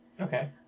Okay